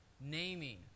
naming